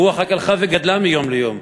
הרוח רק הלכה וגדלה מיום ליום.